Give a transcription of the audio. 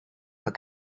but